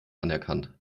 anerkannt